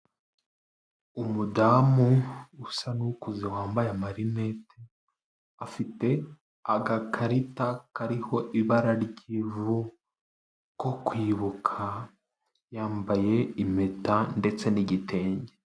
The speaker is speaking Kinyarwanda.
Umudamu usa n'ukuze wambaye amarinete, afite agakarita kariho ibara ry'ivu ko kwibuka, yambaye impeta ndetse n'igitenge.